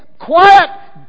quiet